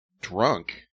drunk